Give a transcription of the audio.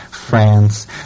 France